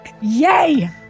Yay